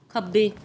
ਖੱਬੇ